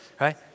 right